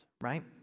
right